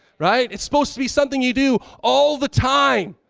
right? it's supposed to be something you do all the time.